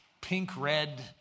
pink-red